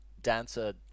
dancer